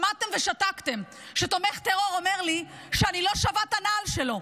שמעתם ושתקתם כשתומך טרור אומר לי שאני לא שווה את הנעל שלו.